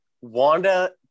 Wanda